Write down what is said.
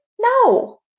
No